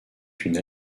une